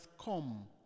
come